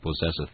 possesseth